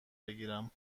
بگیرم